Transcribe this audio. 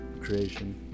creation